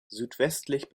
südwestlich